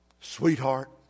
sweetheart